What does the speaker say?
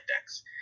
decks